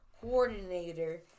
coordinator